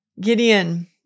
Gideon